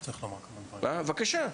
בבקשה,